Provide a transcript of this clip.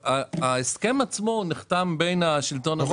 ההסכם עצמו נחתם בין השלטון המקומי לבין --- פחות